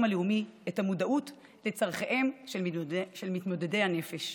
הלאומי את המודעות לצורכיהם של מתמודדי הנפש.